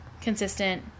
consistent